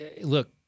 Look